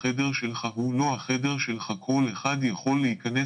החדר שלך הוא לא החדר שלך, כל אחד יכול להיכנס.